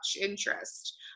interest